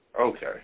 okay